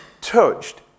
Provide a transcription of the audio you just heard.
touched